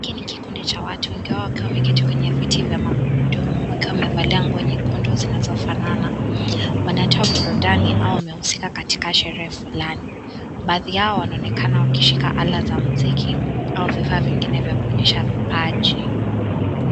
Hiki ni kikundi cha watu, wengi wao, wakiwa wameketi kwenye viti vya magurudumu wakiwa wamevalia nguo nyekundu zinazofanana. Wanatoa burudani au wamehusika katika sherehe fulani. Baadhi yao wanaonekana wakishika ala za mziki au vifaa vya kuonyesha vipaji.